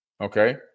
okay